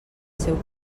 seu